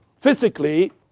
physically